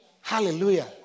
Hallelujah